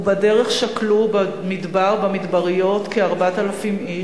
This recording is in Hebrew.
ובדרך שכלו במדבר, במדבריות, כ-4,000 איש.